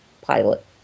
pilot